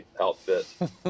outfit